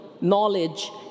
knowledge